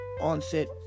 onset